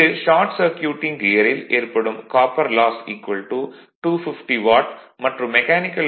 இங்கு short circuiting கியரில் ஏற்படும் காப்பர் லாஸ் 250 வாட் மற்றும் மெக்கானிக்கல் லாஸ் 1000 வாட்